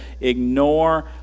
ignore